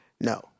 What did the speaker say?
No